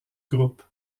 groupe